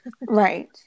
Right